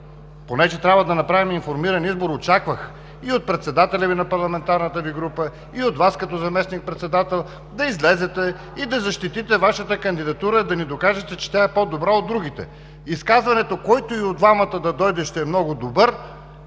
понеже трябва да направим информиран избор, очаквах – и от председателя на парламентарната Ви група, и от Вас като заместник-председател, да излезете и да защитите Вашата кандидатура, да ни докажете, че тя е по-добра от другата. Изказването: „Който и от двамата да дойде, ще е много добър“,